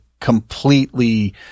completely –